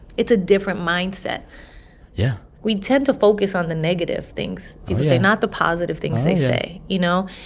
it's a different mindset yeah we tend to focus on the negative things people say, not the positive things they say, you know?